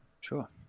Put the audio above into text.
sure